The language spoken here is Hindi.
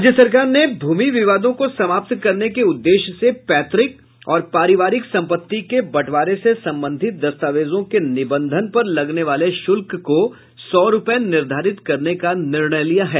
राज्य सरकार ने भूमि विवादों को समाप्त करने के उद्देश्य से पैतृक और पारिवारिक संपत्ति के बंटवारे से संबंधित दस्तावेजों के निबंधन पर लगने वाले शुल्क को सौ रूपये निर्धारित करने का निर्णय लिया है